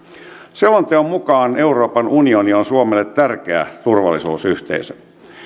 selonteon mukaan euroopan unioni on suomelle tärkeä turvallisuusyhteisö